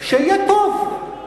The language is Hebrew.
שיהיה טוב.